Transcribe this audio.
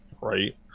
Right